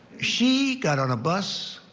she got on a bus,